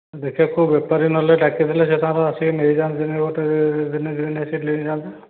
ଦେଖେ କେଉଁ ବେପାରୀ ନହଲେ ଡାକିଦେଲେ ସେ ତାର ଆସିକି ନେଇଯାଆନ୍ତା ଗୋଟେ ଦିନେ ଦୁଇ ଦିନରେ ସେ ନେଇଯାଆନ୍ତା